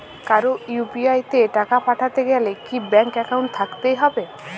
কারো ইউ.পি.আই তে টাকা পাঠাতে গেলে কি ব্যাংক একাউন্ট থাকতেই হবে?